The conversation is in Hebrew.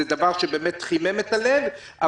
זה דבר שבאמת חימם את הלב.